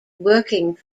working